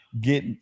get